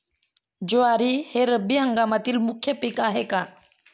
ज्वारी हे रब्बी हंगामातील मुख्य पीक आहे का?